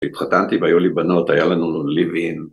התחתנתי והיו לי בנות, היה לנו live-in.